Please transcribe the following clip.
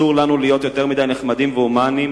אסור לנו להיות יותר מדי נחמדים והומניים